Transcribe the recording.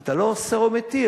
אתה לא אוסר או מתיר.